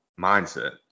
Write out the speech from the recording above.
mindset